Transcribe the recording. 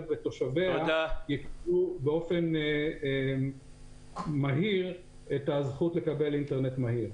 ותושביה יקבלו באופן מהיר את הזכות לקבל אינטרנט מהיר.